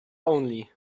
only